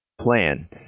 plan